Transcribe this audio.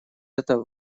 это